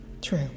True